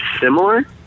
similar